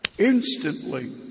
Instantly